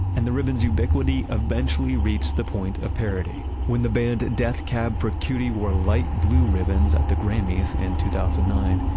and the ribbons ubiquity eventually reached the point of parody. when the band death cab for cutie wore light blue ribbons at the grammy's in two thousand and nine,